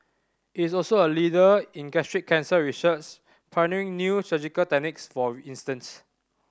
it is also a leader in gastric cancer research pioneering new surgical techniques for instance